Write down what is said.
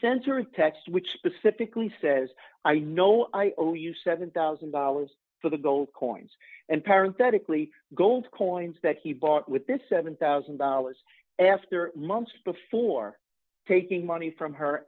century text which specifically says i know i owe you seven thousand dollars for the gold coins and parent that a cli gold coins that he bought with this seven thousand dollars after months before taking money from her